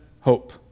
hope